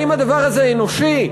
האם הדבר הזה אנושי?